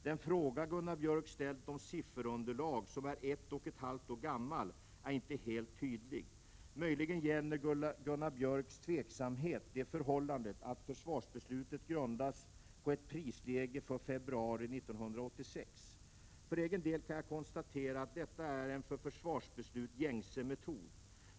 Den fråga Gunnar Björk ställt om sifferunderlag som är ett och ett halvt år 24 november 1987 gammalt är inte helt tydlig. Möjligen gäller Gunnar Björks tveksamhet det förhållandet att försvarsbeslutet grundats på ett prisläge för februari 1986. För egen del kan jag konstatera att detta är en för försvarsbeslut gängse metod.